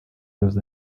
los